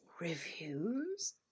reviews